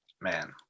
man